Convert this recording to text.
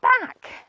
back